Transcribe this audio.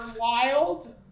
wild